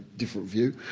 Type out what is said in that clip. different view.